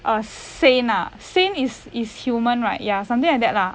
a saint ah saint is is human right ya something like that lah